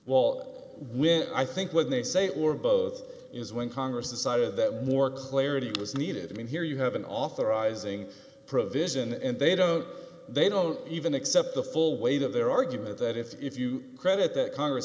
well when i think when they say or both is when congress decided that more clarity was needed i mean here you have an authorizing provision and they don't they don't even accept the full weight of their argument that if you credit that congress